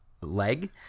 leg